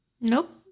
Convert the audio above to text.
Nope